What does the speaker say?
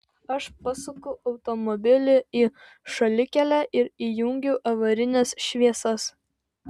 aš pasuku automobilį į šalikelę ir įjungiu avarines šviesas